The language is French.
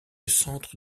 centre